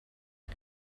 how